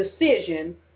decision